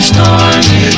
Stormy